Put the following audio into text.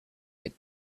had